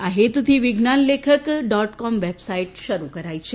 આ હેતુથી Vigyan Lekhak dot com website શરૃ કરાઈ છે